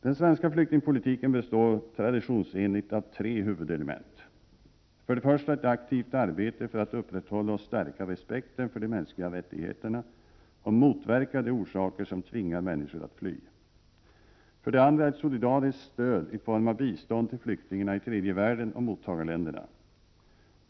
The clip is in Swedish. Den svenska flyktingpolitiken består traditionsenligt av tre huvudelement: För det första är det ett aktivt arbete för att upprätthålla och stärka respekten för de mänskliga rättigheterna och motverka de orsaker som tvingar människor att fly. För det andra är det ett solidariskt stöd i form av bistånd till flyktingarna i tredje världen och mottagarländerna.